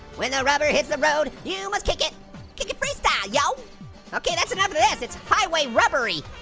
when the rubber hits the road you must kick it kick it freestyle, yo okay, that's enough of this, it's highway rubbery!